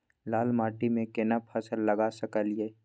लाल माटी में केना फसल लगा सकलिए?